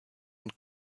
und